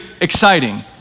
exciting